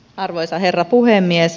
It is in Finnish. arvoisa herra puhemies